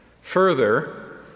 Further